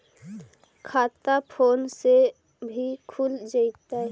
खाता फोन से भी खुल जाहै?